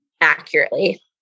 accurately